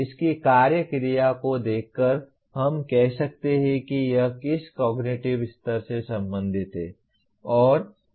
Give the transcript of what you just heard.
इसकी कार्य क्रिया को देखकर हम कह सकते हैं कि यह किस कॉग्निटिव स्तर से संबंधित है